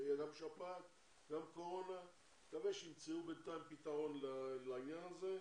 תהיה גם שפעת וגם קורונה ואני מקווה שימצאו בינתיים פתרון לעניין הזה,